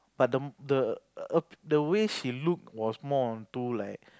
but the the err the way she look was more onto like